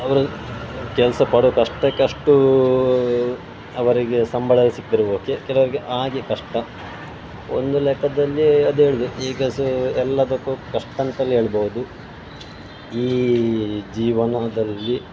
ಅವರ ಕೆಲಸ ಪಡೋ ಕಷ್ಟಕ್ಕೆ ಅಷ್ಟು ಅವರಿಗೆ ಸಂಬಳ ಸಿಕ್ಕಿರುವುದಕ್ಕೆ ಕೆಲವರಿಗೆ ಹಾಗೆ ಕಷ್ಟ ಒಂದು ಲೆಕ್ಕದಲ್ಲಿ ಅದು ಹೇಳ್ದೆ ಈಗ ಸ ಎಲ್ಲದಕ್ಕೂ ಕಷ್ಟ ಅಂತಲೇ ಹೇಳ್ಬೋದು ಈ ಜೀವನದಲ್ಲಿ